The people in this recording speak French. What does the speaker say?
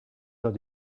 dans